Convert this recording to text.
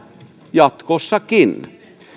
jatkossakin